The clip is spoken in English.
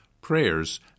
prayers